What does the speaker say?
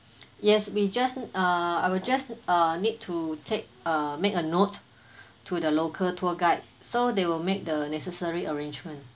yes we just err I will just err need to take err make a note to the local tour guide so they will make the necessary arrangement